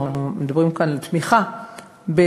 אנחנו מדברים כאן על תמיכה במוסדות.